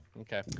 Okay